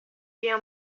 بیا